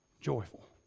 joyful